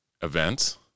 events